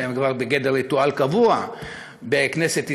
שהן כבר בגדר ריטואל קבוע בכנסת ישראל,